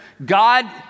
God